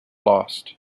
lost